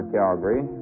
Calgary